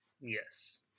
Yes